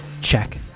check